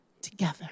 Together